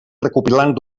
recopilant